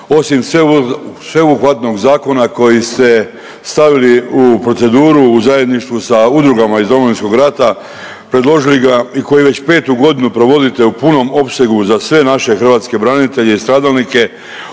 Osim sveobuhvatnog zakona koji ste stavili u proceduru u zajedništvu sa udruga iz Domovinskog rata, predložili ga i koji već 5 godinu provodite u punom opsegu za sve naše hrvatske branitelje i stradalnike